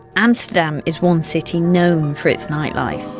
amsterdam is one city known for its nightlife.